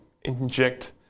inject